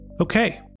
Okay